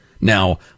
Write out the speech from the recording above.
Now